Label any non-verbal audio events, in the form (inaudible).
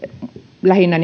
lähinnä (unintelligible)